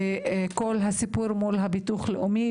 כל הסיפור מול הביטוח לאומי,